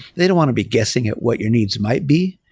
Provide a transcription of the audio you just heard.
they don't want to be guessing at what your needs might be.